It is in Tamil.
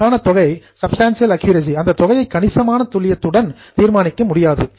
அதற்கான தொகையை சப்ஸ்டன்டியல் அக்குரசி கணிசமான துல்லியத்துடன் டெட்டர்மைண்டு தீர்மானிக்க முடியாது